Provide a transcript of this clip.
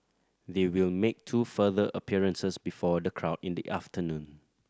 they will make two further appearances before the crowd in the afternoon